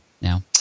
now